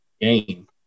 game